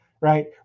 right